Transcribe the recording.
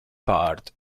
part